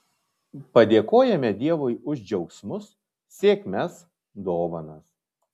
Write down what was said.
padėkojame dievui už džiaugsmus sėkmes dovanas